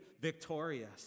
victorious